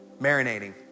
marinating